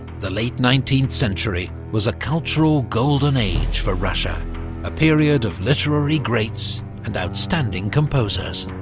the late nineteenth century was a cultural golden age for russia a period of literary greats, and outstanding composers.